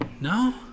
No